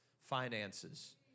finances